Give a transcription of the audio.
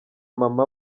mama